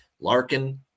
Larkin